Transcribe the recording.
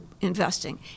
investing